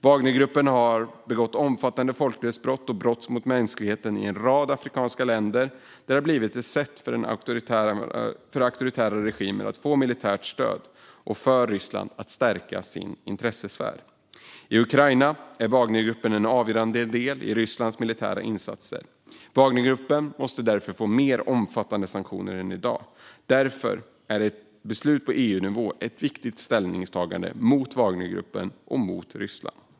Wagnergruppen har begått omfattande folkrättsbrott och brott mot mänskligheten i en rad afrikanska länder, där gruppen blivit ett sätt för auktoritära regimer att få militärt stöd och för Ryssland att stärka sin intressesfär. I Ukraina är Wagnergruppen en avgörande del i Rysslands militära insatser. Sanktionerna mot Wagnergruppen måste därför bli mer omfattande än i dag. Därför är ett beslut på EU-nivå ett viktigt ställningstagande mot Wagnergruppen och mot Ryssland.